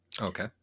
Okay